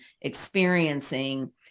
experiencing